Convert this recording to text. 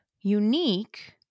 Unique